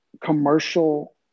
commercial